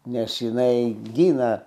nes jinai gina